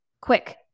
Quick